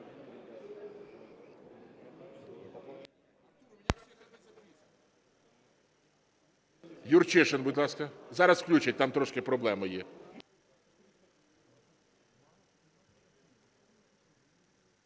Юрчишин, будь ласка. Зараз включать, там трошки проблеми є.